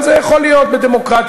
אבל זה יכול להיות בדמוקרטיה,